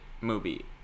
movie